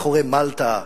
אחרי מלטה,